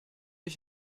ich